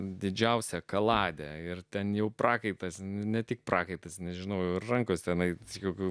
didžiausią kaladę ir ten jau prakaitas ne tik prakaitas nežinau rankos tenai jokių